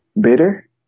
bitter